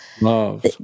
Love